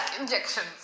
injections